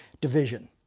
Division